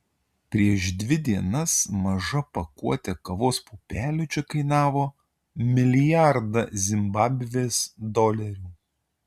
prieš dvi dienas maža pakuotė kavos pupelių čia kainavo milijardą zimbabvės dolerių